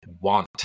want